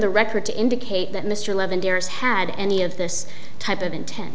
the record to indicate that mr levin dares had any of this type of intent